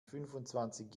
fünfundzwanzig